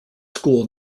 school